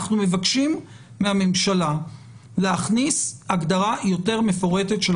אנחנו מבקשים מהממשלה להכניס הגדרה יותר מפורטת של